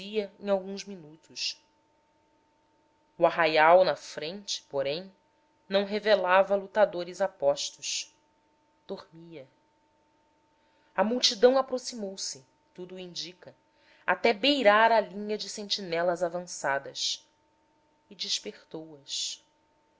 em alguns minutos o arraial na frente porém não revelava lutadores a postos dormia a multidão aproximou-se tudo o indica até beirar a linha de sentinelas avançadas e despertou as